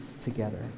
together